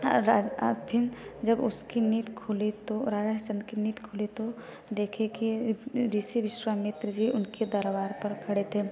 जब उसकी नींद खुली तो राजा हरिश्चंद्र की नींद खुली तो देखें कि ऋषि विश्वामित्र भी उनके दरबार पर खड़े थे